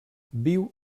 viu